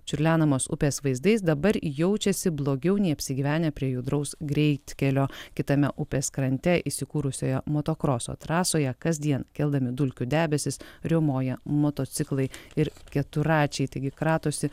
čiurlenamos upės vaizdais dabar jaučiasi blogiau nei apsigyvenę prie judraus greitkelio kitame upės krante įsikūrusioje motokroso trasoje kasdien keldami dulkių debesis riaumoja motociklai ir keturračiai taigi kratosi